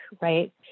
right